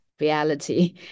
reality